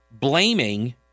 blaming